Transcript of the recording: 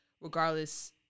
regardless